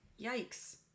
Yikes